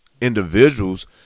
individuals